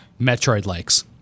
Metroid-likes